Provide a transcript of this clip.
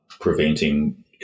preventing